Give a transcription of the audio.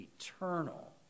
eternal